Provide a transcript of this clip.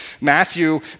Matthew